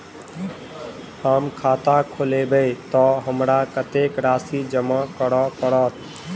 हम खाता खोलेबै तऽ हमरा कत्तेक राशि जमा करऽ पड़त?